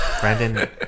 Brandon